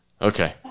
Okay